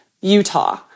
Utah